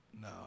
No